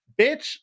bitch